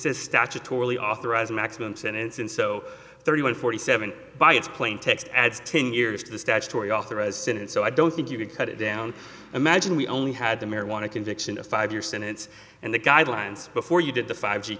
a statutorily authorized maximum sentence and so thirty one forty seven by its plain text adds ten years to the statutory authorization and so i don't think you could cut it down imagine we only had the marijuana conviction a five year sentence and the guidelines before you did the five she